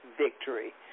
victory